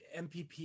MPP